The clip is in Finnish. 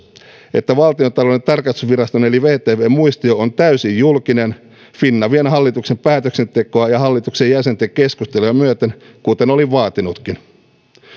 että valtiontalouden tarkastusviraston eli vtvn muistio on täysin julkinen finavian hallituksen päätöksentekoa ja hallituksen jäsenten keskusteluja myöten kuten olin vaatinutkin